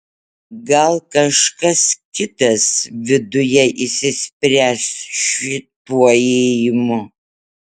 gal kažkas kitas viduje išsispręs šituo ėjimu